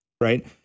Right